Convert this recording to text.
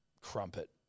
crumpet